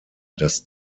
das